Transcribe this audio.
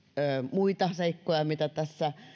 muita seikkoja mitä tässä